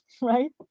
right